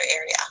area